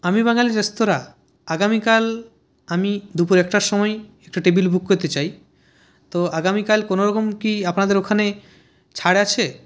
আমি বাঙালি রেস্তরাঁ আগামীকাল আমি দুপুর একটার সময় একটা টেবিল বুক করতে চাই তো আগামীকাল কোনো রকম কি আপনাদের ওখানে ছাড় আছে